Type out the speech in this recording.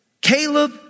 Caleb